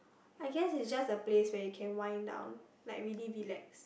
I guess it's just a place where you can wind down like really relax